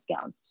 gowns